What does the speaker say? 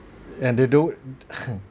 and they don't